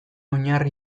oinarri